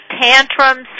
tantrums